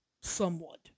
somewhat